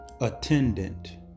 attendant